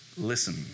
Listen